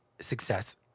success